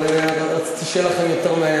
אבל רציתי שיהיה לכם יותר.